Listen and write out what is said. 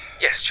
Yes